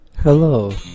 Hello